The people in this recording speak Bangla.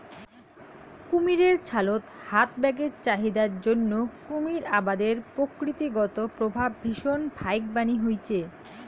কুমীরের ছালত হাত ব্যাগের চাহিদার জইন্যে কুমীর আবাদের প্রকৃতিগত প্রভাব ভীষণ ফাইকবানী হইচে